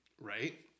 Right